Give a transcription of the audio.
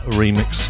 remix